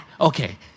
Okay